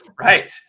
Right